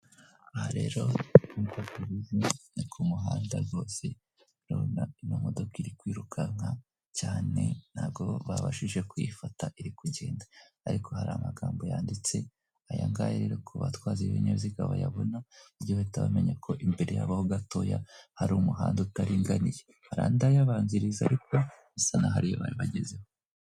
Aha rero nk'uko tubizi ni ku muhanda rwose urabona ino modoka iri kwirukanka cyane ntabwo babashije kuyifata iri kugenda, ariko hari amagambo yanditse ayangaya rero ku batwaza b'ibinyabiziga bayabona bajye bahita bamenya ko imbere yabo ho gatoya hari umuhanda utaringaniye, hari andi ayabanziriza ariko bisa n'aho ariyo bari bagezeho.